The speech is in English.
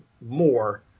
more